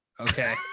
okay